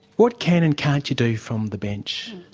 what can and can't you do from the bench?